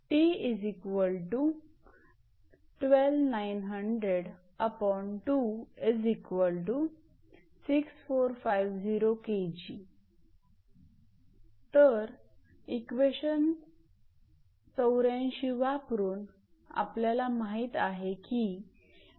तर इक्वेशन 84 वरून आपल्याला माहित आहे की असतो